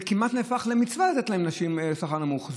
זה כמעט נהפך למצווה לתת לנשים שכר נמוך,